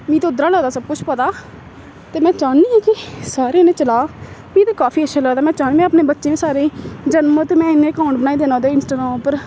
मिगी ते उद्धरा लगदा सब कुछ पता ते में चाह्न्नी आं कि सारें उ'नें चला मीं ते काफी अच्छा लगदा में चाह्न्नी आं अपने बच्चें बी सारें जनम ते में इन्ने अकाउंट बनाई देना ओह् इंस्टाग्राम उप्पर